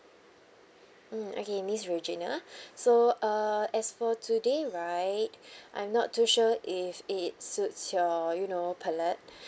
mm okay miss regina so uh as for today right I'm not too sure if it suits your you know palate